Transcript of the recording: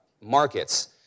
markets